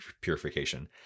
purification